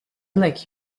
like